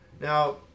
Now